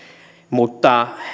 mutta